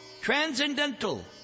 transcendental